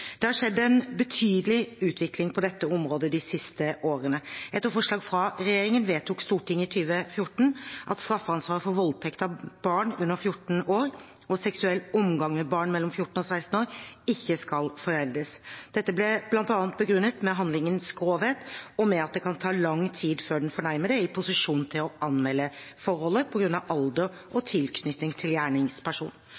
Det har skjedd en betydelig utvikling på dette området de siste årene. Etter forslag fra regjeringen vedtok Stortinget i 2014 at straffansvaret for voldtekt av barn under 14 år og seksuell omgang med barn mellom 14 og 16 år ikke skal foreldes. Dette ble bl.a. begrunnet med handlingenes grovhet og med at det kan ta lang tid før den fornærmede er i posisjon til å anmelde forholdet på grunn av alder